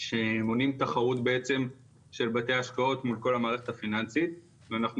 שמונים תחרות בעצם של בתי השקעות מול כל המערכת הפיננסית ואנחנו